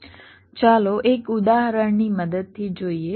ચાલો એક ઉદાહરણની મદદથી જોઈએ